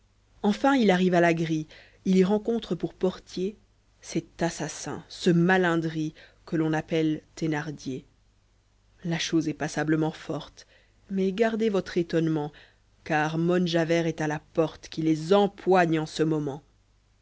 enfin il arrive à la grille il y rencontre pour portier cet assassin ce malin drille que l'on appelle thenardie'r la chose est passablement forte mais gardez votre étonnement car nions javert est à la